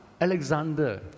Alexander